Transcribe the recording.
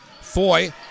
Foy